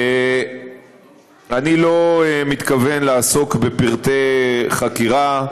אני לא מתכוון לעסוק בפרטי חקירה,